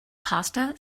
pasta